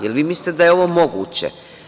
Jel vi mislite da je ovo moguće?